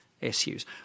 issues